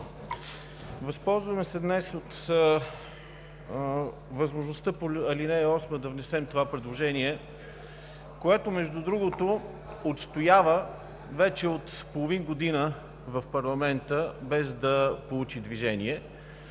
Възползваме се днес от възможността по ал. 8 да внесем това предложение, което, между другото, престоява вече от половин година в парламента, без да получи движение.